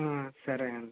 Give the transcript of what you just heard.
సరే అండి